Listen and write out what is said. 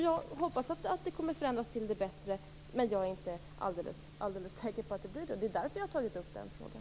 Jag hoppas att den kommer att förändras till det bättre, men jag är inte alldeles säker på att det blir så. Det är därför jag har tagit upp den frågan.